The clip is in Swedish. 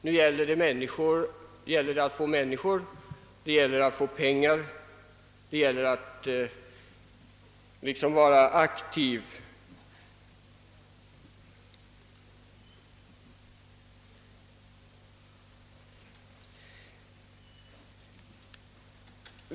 Nu gäller det att engagera människor, att satsa pengar, att vara aktiv.